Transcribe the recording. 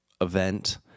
event